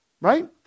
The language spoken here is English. Right